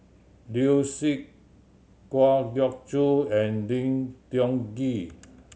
Liu Si Kwa Geok Choo and Lim Tiong Ghee